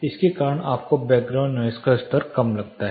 इसके कारण आपको बैकग्राउंड नॉइज़ का स्तर कम लगता है